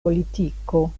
politiko